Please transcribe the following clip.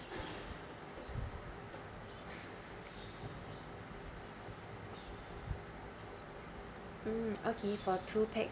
mm okay for two pax